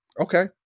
Okay